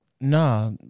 Nah